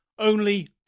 only